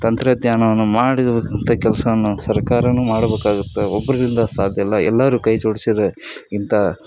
ತಂತ್ರಜ್ಞಾನವನ್ನು ಮಾಡಿದ್ರೂ ಇಂಥ ಕೆಲಸವನ್ನು ಸರ್ಕಾರನೂ ಮಾಡ್ಬೇಕಾಗುತ್ತೆ ಒಬ್ಬನಿಂದ ಸಾಧ್ಯವಿಲ್ಲ ಎಲ್ಲರೂ ಕೈ ಜೋಡಿಸಿದ್ರೆ ಇಂತಾ